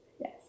Yes